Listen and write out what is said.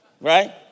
Right